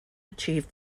achieve